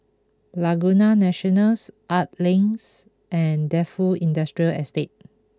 Laguna Nationals Art Links and Defu Industrial Estate